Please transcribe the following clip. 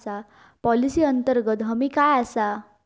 Policy अंतर्गत हमी काय आसा?